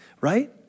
right